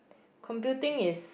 computing is